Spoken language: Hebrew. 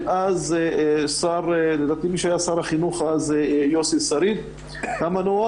לטובת צמצום הכורח של כל כך הרבה אלפים של אזרחים ערבים לצאת ללמוד